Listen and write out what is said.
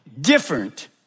different